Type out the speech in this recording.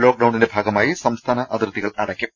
ലോക്ക്ഡൌണിന്റെ ഭാഗമായി സംസ്ഥാന അതിർത്തികൾ അടക്കും